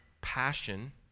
passion